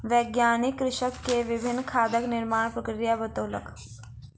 वैज्ञानिक कृषक के विभिन्न खादक निर्माण प्रक्रिया बतौलक